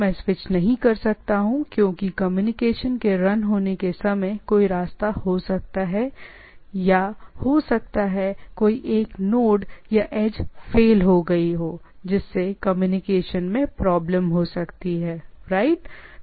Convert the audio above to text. मैं स्विच नहीं कर सकता हूं या कम्युनिकेशन के समय कोई रास्ता हो सकता है हो सकता है कोई एक नोड् या एज के फेल होने का एक कारण हो सकता है जिससे कम्युनिकेशन मैं प्रॉब्लम हो सकती हैं राइट